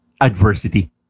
adversity